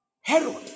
Herod